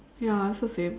ya it's the same